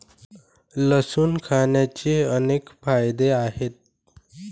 लसूण खाण्याचे अनेक फायदे आहेत